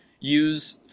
use